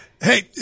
Hey